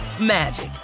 magic